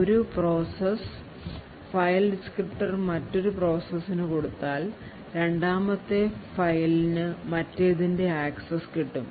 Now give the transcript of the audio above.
ഒരു process file descriptor മറ്റൊരു പ്രോസസ്സിന് കൊടുത്താൽ രണ്ടാമത്തെ ഫയൽനു മറ്റേതിന്റെ അക്സസ്സ് കിട്ടും